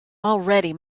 already